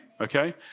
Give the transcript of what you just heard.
Okay